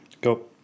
Go